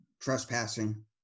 trespassing